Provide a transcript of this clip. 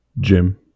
Jim